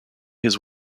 his